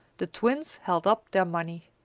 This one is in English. the twins held up their money.